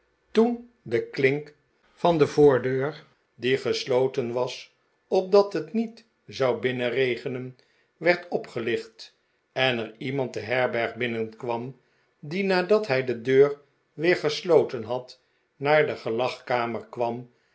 toen de klink van de voordeur die gesloten was opdat het niet zou binnenregenen werd opgelicht en er iemand de herberg binnenkwam die nadat hij de deur weer gesloten had naar de gelagkamer kwam